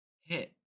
hit